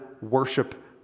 worship